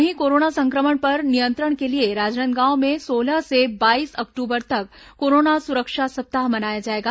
वहीं कोरोना संक्रमण पर नियंत्रण के लिए राजनांदगांव में सोलह से बाईस अक्टूबर तक कोरोना सुरक्षा सप्ताह मनाया जाएगा